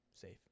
safe